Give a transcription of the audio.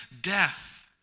death